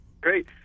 great